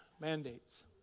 mandates